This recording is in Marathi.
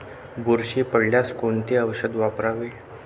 बुरशी पडल्यास कोणते औषध वापरावे?